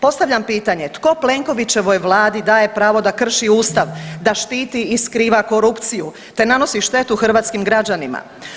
Postavljam pitanje tko Plenkovićevoj Vladi daje pravo da krši Ustav, da štiti i skriva korupciju, te nanosi štetu hrvatskim građanima.